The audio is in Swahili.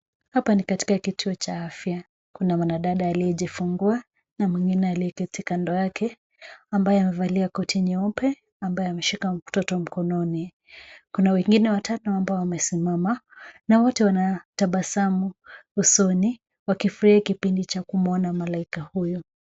Hapa ni katika kituo cha afya, kuna mwanadada aliyejifungua na mwingine aliyeketi kando yake, ambaye amevalia koti nyeupe, ambaye ameshika mtoto mkononi. Kuna wengine watano ambao wamesimama na wote wana tabasamu usoni wakifurahia kipindi cha kumuona malaika huyu.